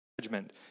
judgment